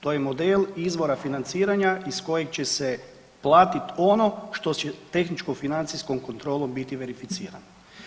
To je model izvora financiranja iz kojeg će se platit ono što će tehničko-financijskom kontrolom biti verificirano.